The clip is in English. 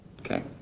Okay